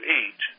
eat